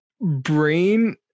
brain